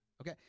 Okay